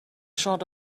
shot